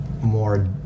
more